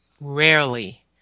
rarely